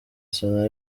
sena